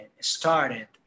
started